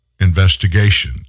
investigation